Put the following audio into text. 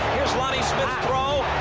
here's lonnie smith throw,